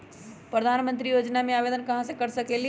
प्रधानमंत्री योजना में आवेदन कहा से कर सकेली?